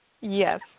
yes